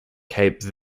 cape